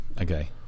Okay